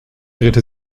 drehte